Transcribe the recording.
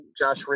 Josh